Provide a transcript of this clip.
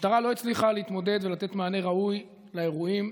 המשטרה לא הצליחה להתמודד ולתת מענה ראוי לאירועים,